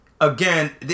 again